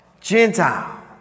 Gentile